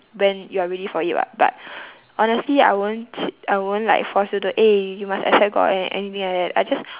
when you are ready for it [what] but honestly I won't ch~ I won't like force you to eh you must accept god and anything like that I just